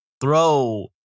throw